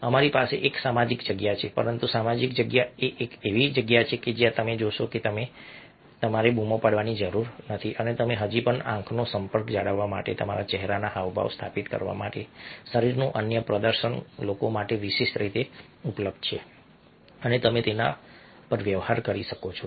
અમારી પાસે એક સામાજિક જગ્યા છે પરંતુ સામાજિક જગ્યા એ એક એવી જગ્યા છે જ્યાં તમે જોશો કે તમારે બૂમો પાડવાની જરૂર નથી અને તમે હજી પણ આંખનો સંપર્ક જાળવવા તમારા ચહેરાના હાવભાવ સ્થાપિત કરવા શરીરનું અન્ય પ્રદર્શન લોકો માટે વિશિષ્ટ રીતે ઉપલબ્ધ છે અને તમે તેના પર વ્યવહાર કરી શકો છો